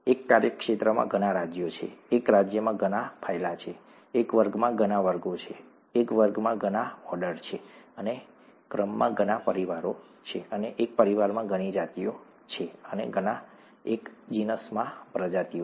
એક કાર્યક્ષેત્રમાં ઘણા સામ્રાજ્યો છે એક રાજ્યમાં ઘણા ફાયલા છે એક વર્ગમાં ઘણા વર્ગો છે એક વર્ગમાં ઘણા ઓર્ડર છે અને ક્રમમાં ઘણા પરિવારો છે અને એક પરિવારમાં ઘણી જાતિઓ છે અને ઘણા એક જીનસમાં પ્રજાતિઓ